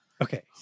okay